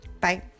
Bye